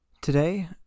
Today